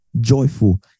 joyful